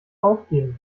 aufgehen